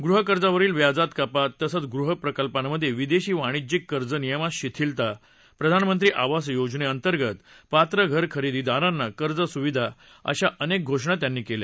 गृहकर्जावरील व्याजात कपात तसंच गृहप्रकल्पांमध्ये विदेशी वाणिज्यीक कर्ज नियमात शिथिलता प्रधानमंत्री आवास योजने अंतर्गत पात्र घर खरेदीदारांना कर्ज सुविधा अशा अनेक घोषणा त्यांनी केल्या